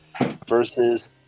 versus